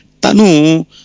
Tanu